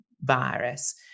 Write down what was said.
virus